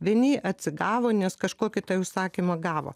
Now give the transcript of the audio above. vieni atsigavo nes kažkokį tai užsakymą gavo